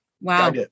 Wow